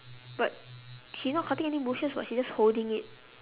but she not cutting any bushes [what] she just holding it